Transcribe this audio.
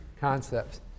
concepts